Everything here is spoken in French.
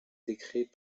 décret